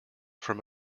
from